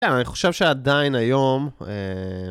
כן, אני חושב שעדיין היום...